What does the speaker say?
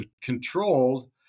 controlled